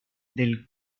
del